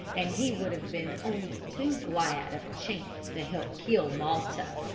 and he would have been only too glad of a chance to help kill malta.